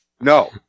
No